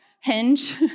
hinge